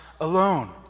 alone